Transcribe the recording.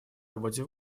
работе